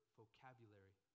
vocabulary